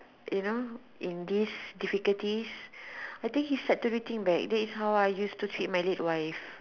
you know in this difficulties I think he's set to rethink back that is how I use to treat my late wife